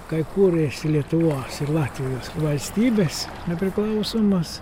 kai kūrėsi lietuvos ir latvijos valstybės nepriklausomos